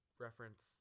reference